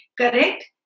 Correct